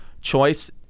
choice